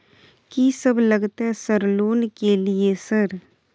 कि सब लगतै सर लोन ले के लिए सर?